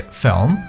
film